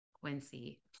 Quincy